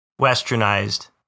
westernized